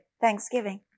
Thanksgiving